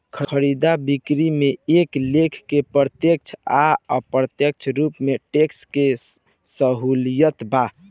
खरीदा बिक्री में एक लेखा के प्रत्यक्ष आ अप्रत्यक्ष रूप से टैक्स के सहूलियत बा